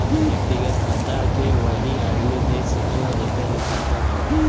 व्यक्तिगत खाता के वही आदमी देख सकला जेकर उ खाता हौ